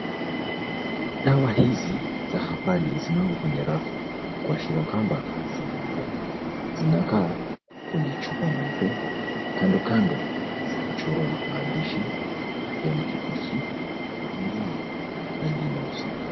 Dawa hizi za habali zimewekwa kwenye rafu, kuashiria kwamba zinauzwa. Zinakaa kwenye chupa nyeupe. Kando kando, zimechorwa maandishi ya kijani kibichi, mengine rangi nyeusi.